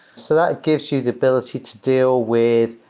so that gives you the ability to deal with,